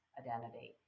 identity